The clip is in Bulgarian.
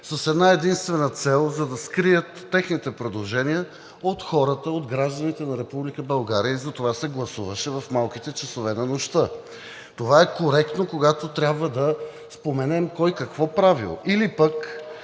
с една-единствена цел – за да скрият техните предложения от хората, от гражданите на Република България, и затова се гласуваше в малките часове на нощта. Това е коректно, когато трябва да споменем кой какво е правил или как